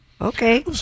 Okay